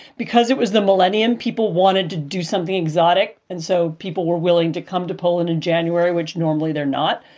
because it was the millennium, people wanted to do something exotic. and so people were willing to come to poland in january, which normally they're not.